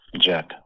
Jack